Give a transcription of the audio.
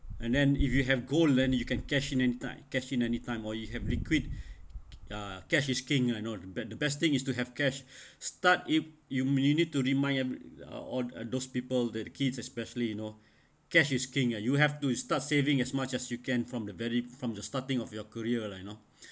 and then if you have gold and you can cash in anytime cash in anytime or you have liquid uh cash is king ah know but the best thing is to have cash start if~ youm~ you need to remind uh all those people that the kids especially you know cash is king and you have to start saving as much as you can from the very from the starting of your career lah you know